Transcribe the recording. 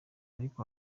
ariko